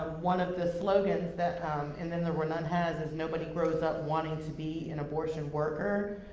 one of the slogans that and then there were none has is nobody grows up wanting to be an abortion worker,